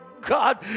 God